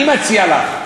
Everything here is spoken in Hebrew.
אני מציע לך,